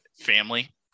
family